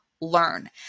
learn